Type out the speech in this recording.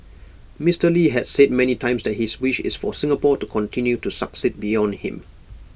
Mister lee had said many times that his wish is for Singapore to continue to succeed beyond him